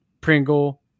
Pringle